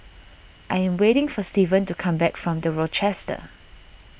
I am waiting for Steven to come back from the Rochester